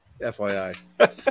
FYI